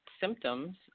symptoms